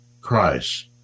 Christ